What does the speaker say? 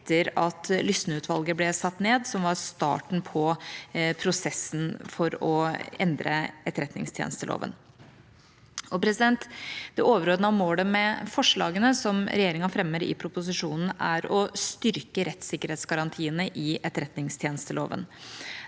etter at Lysne-utvalget ble satt ned, som var starten på prosessen for å endre etterretningstjenesteloven. Det overordnede målet med forslagene som regjeringa fremmer i proposisjonen, er å styrke rettssikkerhetsgarantiene i etterretningstjenesteloven.